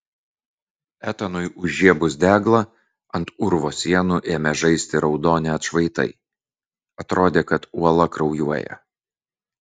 etanui užžiebus deglą ant urvo sienų ėmė žaisti raudoni atšvaitai atrodė kad uola kraujuoja